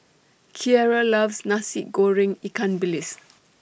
Kiera loves Nasi Goreng Ikan Bilis